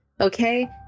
okay